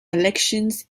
elections